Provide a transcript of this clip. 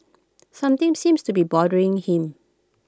something seems to be bothering him